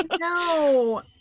No